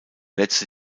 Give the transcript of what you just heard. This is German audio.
letzte